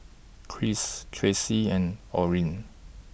Kris Tracee and Orin